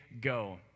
go